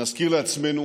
נזכיר לעצמנו